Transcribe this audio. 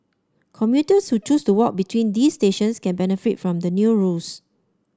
commuters who choose to walk between these stations can benefit from the new rules